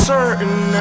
Certain